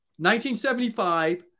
1975